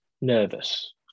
nervous